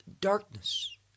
darkness